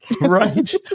Right